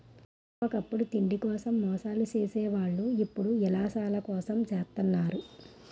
ఒకప్పుడు తిండి కోసం మోసాలు సేసే వాళ్ళు ఇప్పుడు యిలాసాల కోసం జెత్తన్నారు